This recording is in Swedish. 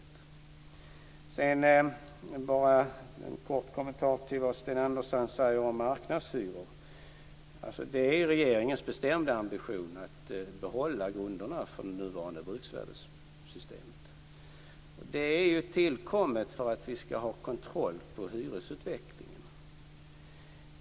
Sedan bara en kort kommentar till det som Sten Andersson säger om marknadshyror. Det är regeringens bestämda ambition att behålla grunderna för det nuvarande bruksvärdessystemet. Det är ju tillkommet för att vi skall ha kontroll på hyresutvecklingen.